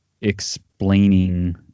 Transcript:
explaining